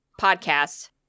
Podcasts